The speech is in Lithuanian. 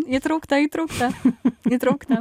įtraukta įtraukta įtraukta